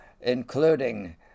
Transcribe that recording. including